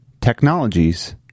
technologies